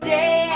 day